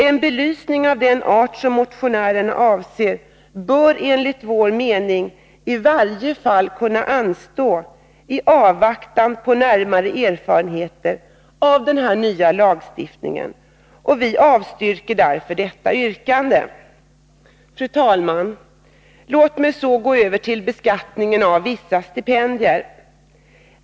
En belysning av den art som motionärerna avser bör enligt vår mening i varje fall kunna anstå i avvaktan på närmare erfarenhet av den nya lagstiftningen. Vi avstyrker därför detta yrkande. Fru talman! Låt mig så gå över till beskattningen av vissa stipendier.